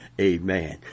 Amen